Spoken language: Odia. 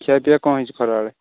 ଖିଆପିଆ କ'ଣ ହେଇଛି ଖରାବେଳେ